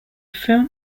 film